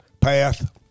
path